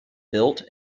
built